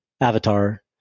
avatar